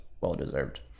well-deserved